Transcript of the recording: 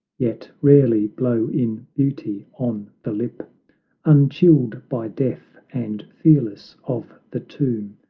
yet rarely blow in beauty on the lip unchilled by death and fearless of the tomb,